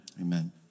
Amen